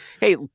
hey